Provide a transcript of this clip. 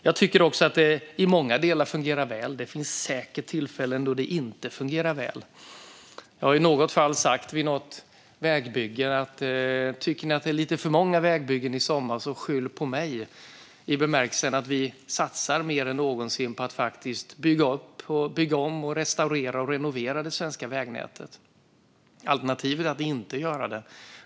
Jag tycker att det i många delar fungerar väl, men det finns säkert tillfällen då det inte fungerar väl. Jag har i något fall sagt vid ett vägbygge: Tycker ni att det är lite för många vägbyggen i sommar, så skyll på mig! Jag menar då i bemärkelsen att vi satsar mer än någonsin på att bygga upp, bygga om, restaurera och renovera det svenska vägnätet. Alternativet är att inte göra det.